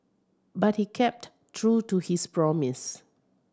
but he kept true to his promise